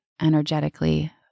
energetically